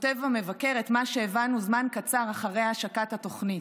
כותב המבקר את מה שהבנו זמן קצר אחרי השקת התוכנית,